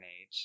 Age